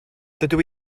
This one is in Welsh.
dydw